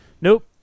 nope